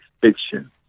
fiction